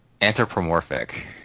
Anthropomorphic